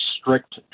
strict